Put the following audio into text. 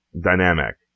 dynamic